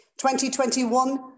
2021